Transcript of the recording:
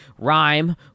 rhyme